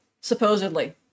supposedly